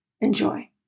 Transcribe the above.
Enjoy